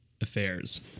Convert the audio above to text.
affairs